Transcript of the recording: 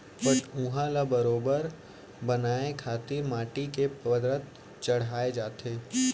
पटउहॉं ल बरोबर बनाए खातिर माटी के परत चघाए जाथे